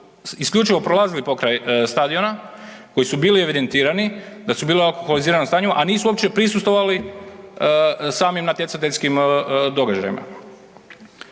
isključivo prolazili pokraj stadiona, koji su bili evidentirani da su bili u alkoholiziranom stanju, a nisu uopće prisustvovali samim natjecateljskim događajima.